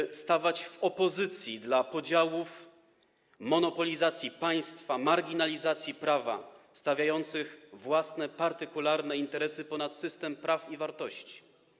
Ważne jest, by stawać w opozycji do podziałów, monopolizacji państwa, marginalizacji prawa, stawiających własne, partykularne interesy ponad system praw i wartości.